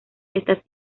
estas